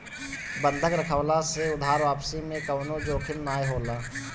बंधक रखववला से उधार वापसी में कवनो जोखिम नाइ होला